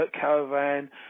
caravan